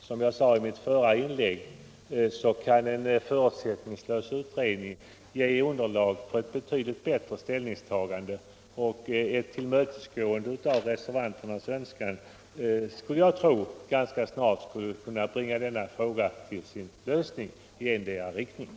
Som jag sade i mitt förra inlägg kan en förutsättningslös utredning ge underlag för ett betydligt bättre ställningstagande, och ett tillmötesgående av reservanternas önskan skulle jag tro ganska snart kan bringa denna fråga till sin lösning i endera riktningen.